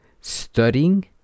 studying